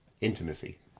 intimacy